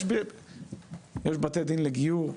יש בתי דין לגיור,